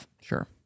Sure